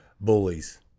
bullies